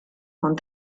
con